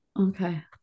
Okay